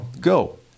go